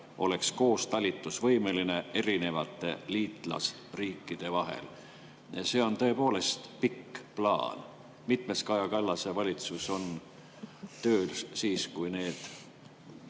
oleks koostalitusvõimeline erinevate liitlasriikide vahel." See on tõepoolest pikk plaan. Mitmes Kaja Kallase valitsus on siis, kui need